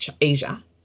Asia